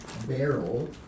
Barrel